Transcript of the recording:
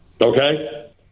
Okay